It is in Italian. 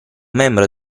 membro